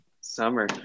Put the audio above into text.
Summer